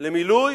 למילוי